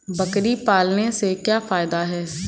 बकरी पालने से क्या फायदा है?